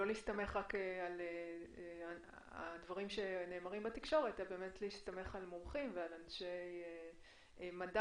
להסתמך על דברים שנאמרים בתקשורת אלא להסתמך על מומחים ועל אנשי מדע,